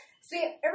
See